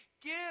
Give